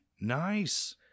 Nice